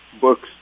books